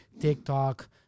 TikTok